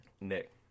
Nick